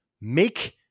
make